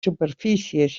superfícies